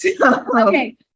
Okay